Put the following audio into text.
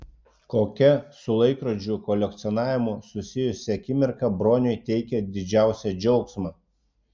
kokia su laikrodžių kolekcionavimu susijusi akimirka broniui teikia didžiausią džiaugsmą